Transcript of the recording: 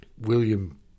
William